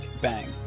Bang